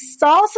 salsa